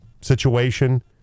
situation